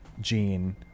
Gene